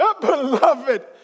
Beloved